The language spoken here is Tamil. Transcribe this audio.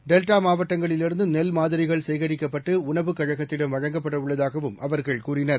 டெல்டா மாவட்டங்களிலிருந்து நெல் மாதிரிகள் சேகரிக்கப்பட்டு உணவு கழகத்திடம் வழங்கப்பட உள்ளதாகவும் அவர்கள் கூறினர்